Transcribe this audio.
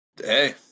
Hey